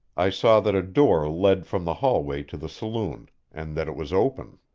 i saw that a door led from the hallway to the saloon, and that it was open.